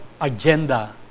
agenda